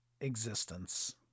existence